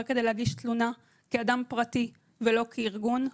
כדי להגיש תלונה כאדם פרטי ולא כארגון,